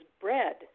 bread